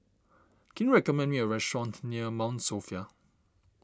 can you recommend me a restaurant near Mount Sophia